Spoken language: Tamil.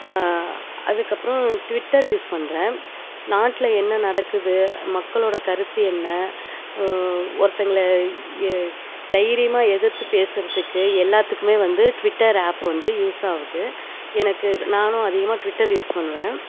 அதுக்கப்புறம் ட்விட்டர் யூஸ் பண்ணுறேன் நாட்டில் என்ன நடக்குது மக்களோட கருத்து என்ன ஒருத்தவங்கள தைரியமாக எதிர்த்து பேசறதுக்கு எல்லாத்துக்குமே வந்து ட்விட்டர் ஆப் வந்து யூஸ் ஆகுது எனக்கு நானும் அதிகமாக ட்விட்டர் யூஸ் பண்ணுவேன்